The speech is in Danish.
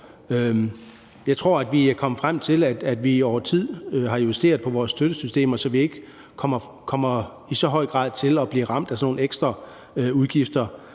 Jeg tror, vi er kommet frem til, at vi over tid har justeret på vores støttesystemer, så vi ikke kommer til i så høj grad at blive ramt af sådan nogle ekstraudgifter.